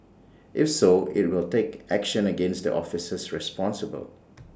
if so IT will take action against the officers responsible